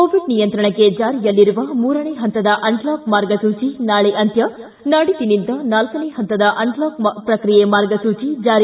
Covid ನಿಯಂತ್ರಣಕ್ಕೆ ಚಾರಿಯಲ್ಲಿರುವ ಮೂರನೇ ಹಂತದ ಅನ್ಲಾಕ್ ಮಾರ್ಗಸೂಚಿ ನಾಳಿ ಅಂತ್ಯ ನಾಡಿದ್ದಿನಿಂದ ನಾಲ್ಕನೇ ಹಂತದ ಅನ್ಲಾಕ್ ಪ್ರಕ್ರಿಯೆ ಮಾರ್ಗಸೂಚಿ ಜಾರಿ